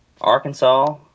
Arkansas